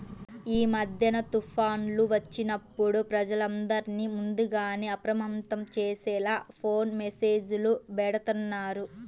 యీ మద్దెన తుఫాన్లు వచ్చినప్పుడు ప్రజలందర్నీ ముందుగానే అప్రమత్తం చేసేలా ఫోను మెస్సేజులు బెడతన్నారు